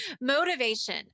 motivation